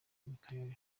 michael